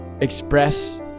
express